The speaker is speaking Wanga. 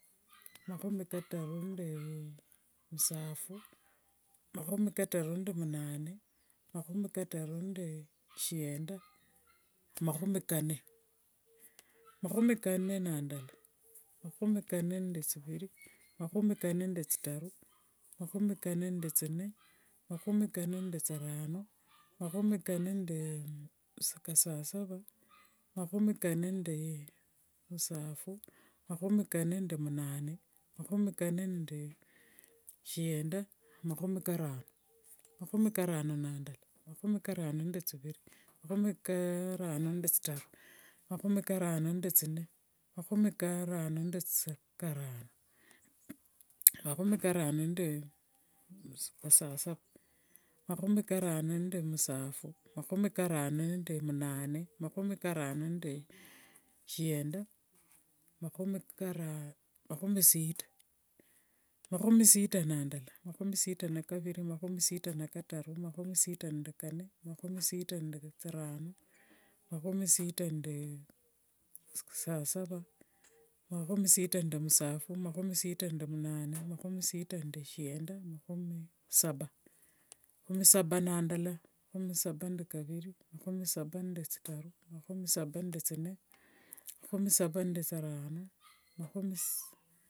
mahumi kataru nde msafu, mahumi kataru nde mnane, mahumi kataru nde shienda, mahumi kane. Mahumi kane na ndala, mahumi kane nde tsiviri, mahumi kane nde tsitaru, mahumi kane nde tsine, mahumi kane nde tsirano, mahumi kane nde kasasava, mahumi kane nde msafu, mahumi kane nde mnane, mahumi kane nde shienda, mahumi mahumi karano na ndala, mahumi karano nde tsiviri, mahumi karano nde tsitaru, mahumi karano nde tsine, mahumi karano nde tsirano, mahumi karano nde kasasava, mahumi karano nde msafu, mahumi karano mahumi mnane, mahumi karano nde shienda, mahumi sita. Mahumi sita na ndala, mahumi sita na kaviri, mahumi sita na kataru, mahumi sita nde kane, mahumi sita nde tsirano, mahumi sita nde sasava, mahumi sita nde msafu, mahumi sita nde mnane, mahumi sita nde shienda, mahumi saba. Mahumi saba nde ndala, mahumi saba nde kaviri, mahumi saba nde tsitaru, mahumi saba nde tsine, mahumi saba nde tsorano.